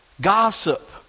Gossip